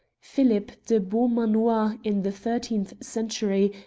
philip de beau manoir in the thirteenth century,